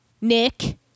Nick